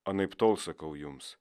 anaiptol sakau jums